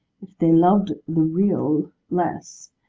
if they loved the real less,